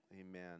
Amen